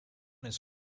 his